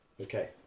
Okay